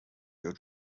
your